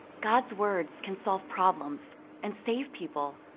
god's words can solve problems and save people.